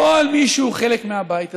כל מי שהוא חלק מהבית הזה,